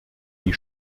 die